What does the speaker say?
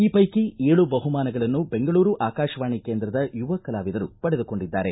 ಈ ಪೈಕಿ ಏಳು ಬಹುಮಾನಗಳನ್ನು ಬೆಂಗಳೂರು ಆಕಾಶವಾಣಿ ಕೇಂದ್ರದ ಯುವ ಕಲಾವಿದರು ಪಡೆದುಕೊಂಡಿದ್ದಾರೆ